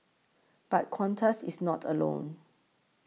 but Qantas is not alone